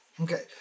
Okay